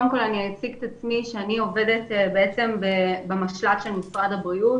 אני עובדת במשל"ט של משרד הבריאות,